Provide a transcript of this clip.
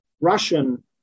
Russian